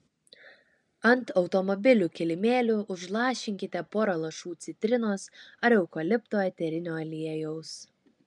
ant automobilių kilimėlių užlašinkite porą lašų citrinos ar eukalipto eterinio aliejaus